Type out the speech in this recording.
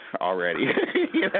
already